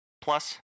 plus